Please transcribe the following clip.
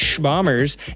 bombers